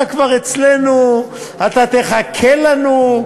אתה כבר אצלנו, אתה תחכה לנו.